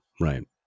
Right